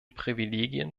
privilegien